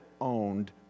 owned